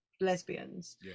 lesbians